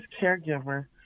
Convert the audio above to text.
caregiver